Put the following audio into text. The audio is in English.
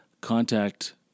contact